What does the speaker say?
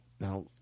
now